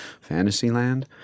Fantasyland